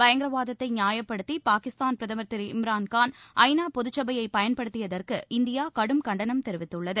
பயங்கரவாதத்தை நியாயப்படுததி பாகிஸ்தான் பிரதமர் திரு இம்ரான்கான் ஐநா பொதுச்சபையை பயன்படுத்தியதற்கு இந்தியா கடும் கண்டனம் தெரிவித்துள்ளது